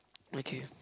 okay